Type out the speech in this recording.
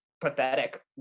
pathetic